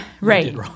Right